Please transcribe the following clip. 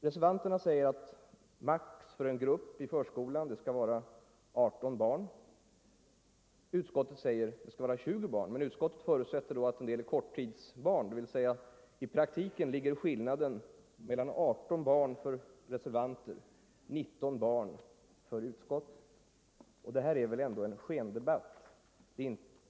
Reservanterna anser att maximum för en grupp i förskolan skall vara 18 barn. Utskottet säger att det skall vara 20 barn, dvs. i praktiken ligger skillnaden mellan 18, som reservanterna föreslår, och 19, som egentligen är utskottets förslag med hänsyn till att utskottet räknat med en viss del korttidsbarn. Detta är väl ändå en skendebatt.